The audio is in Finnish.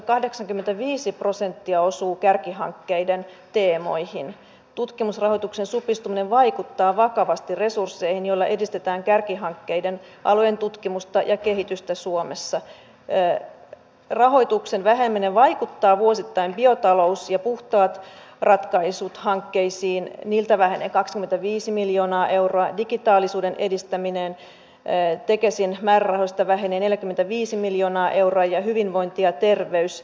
mutta mitä tulee tähän hallituksen logiikkaan siinä että kotimarkkinoita hyydytetään tai säästetään erityisesti julkiselta sektorilta ja sitä siirretään avoimelle sektorille niin jos katsotaan niitä asiantuntijalausuntoja mitä tästä pakkolakipaketista tuli siellä etsittiin myös vaihtoehtoisia malleja sille miten tämän saman tempun voisi tehdä vähemmän haitallisesti